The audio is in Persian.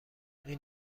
این